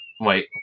wait